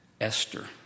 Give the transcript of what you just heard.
Esther